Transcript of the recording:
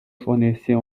fornecer